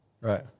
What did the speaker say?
Right